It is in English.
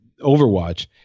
Overwatch